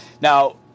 Now